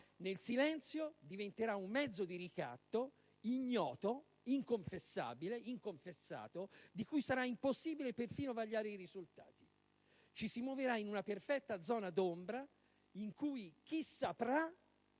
nel silenzio diventerà un mezzo di ricatto ignoto, inconfessabile e inconfessato, di cui sarà impossibile perfino vagliare i risultati. Ci si muoverà in una perfetta zona d'ombra, in cui a sapere